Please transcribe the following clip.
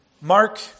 Mark